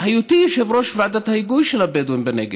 היותי יושב-ראש ועדת ההיגוי של הבדואים בנגב,